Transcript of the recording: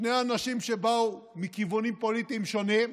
שני אנשים שבאו מכיוונים פוליטיים שונים,